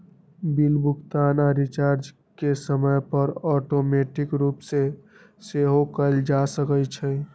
bill भुगतान आऽ recharge के समय पर ऑटोमेटिक रूप से सेहो कएल जा सकै छइ